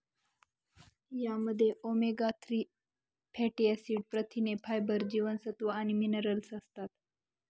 यामध्ये omega three fatty acid, प्रथिने, fibre, जीवनसत्व आणि मिनरल्स असतात